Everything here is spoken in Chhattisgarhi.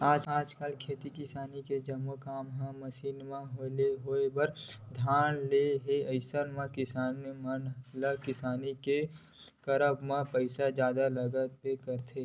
आजकल खेती किसानी के जम्मो काम मन ह मसीन ले होय बर धर ले हे अइसन म किसान ल किसानी के करब म पइसा जादा लगबे करथे